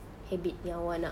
habit yang awak nak